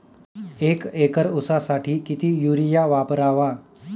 एक एकर ऊसासाठी किती युरिया वापरावा?